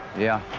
yeah.